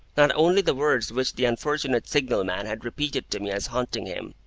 not only the words which the unfortunate signal-man had repeated to me as haunting him,